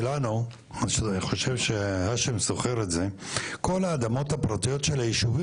שיוך מוניציפאלי של שטח חסר מעמד מוניציפאלי בבעלות פרטית בכסרא סמיע.